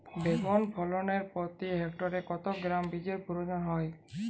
বেগুন ফলনে প্রতি হেক্টরে কত গ্রাম বীজের প্রয়োজন হয়?